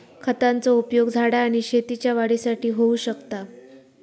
खतांचो उपयोग झाडा आणि शेतीच्या वाढीसाठी होऊ शकता